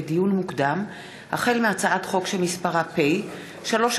לדיון מוקדם: החל בהצעת חוק שמספרה פ/3473/20